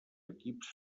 equips